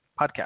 podcast